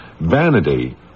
Vanity